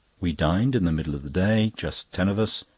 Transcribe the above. we dined in the middle of the day, just ten of us,